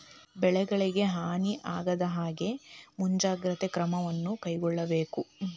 ಬೆಳೆಗಳಿಗೆ ಹಾನಿ ಆಗದಹಾಗೆ ಮುಂಜಾಗ್ರತೆ ಕ್ರಮವನ್ನು ಕೈಗೊಳ್ಳಬೇಕು